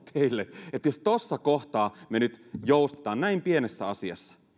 teille että jos tuossa kohtaa me nyt joustamme näin pienessä asiassa